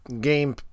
game